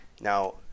Now